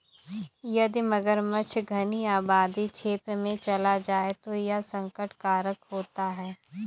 यदि मगरमच्छ घनी आबादी क्षेत्र में चला जाए तो यह संकट कारक होता है